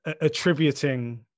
attributing